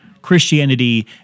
christianity